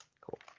cool